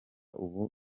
ubu